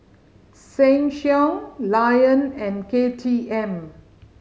Sheng Siong Lion and K T M